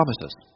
promises